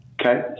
Okay